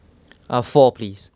ah four please